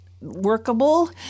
workable